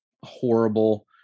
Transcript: horrible